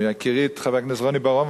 מהכירי את חבר הכנסת רוני בר-און,